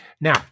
Now